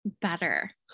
better